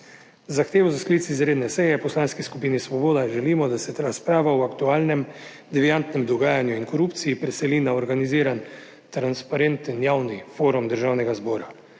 zahtevo za sklic izredne seje. V Poslanski skupini Svoboda želimo, da se razprava o aktualnem deviantnem dogajanju in korupciji preseli na organiziran, transparenten javni forum Državnega zbora.